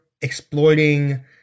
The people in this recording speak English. exploiting